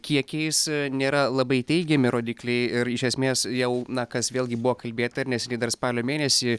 kiekiais nėra labai teigiami rodikliai ir iš esmės jau na kas vėlgi buvo kalbėta ir nes dar spalio mėnesį